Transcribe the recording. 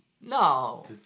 No